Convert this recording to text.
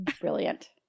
Brilliant